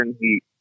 heat